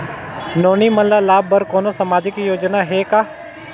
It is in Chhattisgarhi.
नोनी मन ल लाभ बर कोनो सामाजिक योजना हे का?